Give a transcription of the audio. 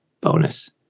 bonus